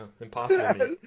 impossible